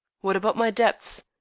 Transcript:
what about my debts?